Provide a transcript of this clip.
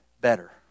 better